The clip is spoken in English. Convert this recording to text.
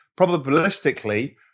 probabilistically